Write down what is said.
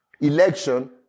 election